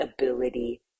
ability